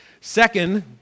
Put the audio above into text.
Second